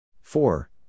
Four